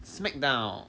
smackdown